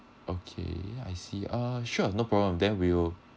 okay I see uh sure no problem then we'll